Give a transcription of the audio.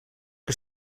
que